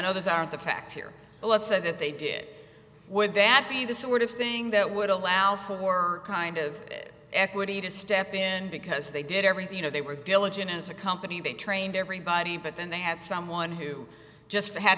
know those aren't the facts here but let's say that they did it would that be the sort of thing that would allow for kind of equity to step in because they did everything you know they were diligent as a company they trained everybody but then they had someone who just had